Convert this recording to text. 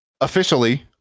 officially